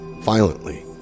violently